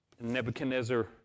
Nebuchadnezzar